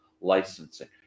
licensing